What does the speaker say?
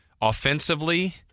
offensively